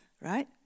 right